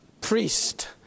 priest